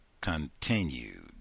continued